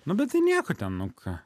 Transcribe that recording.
nu bet tai nieko ten nu ką